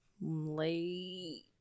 late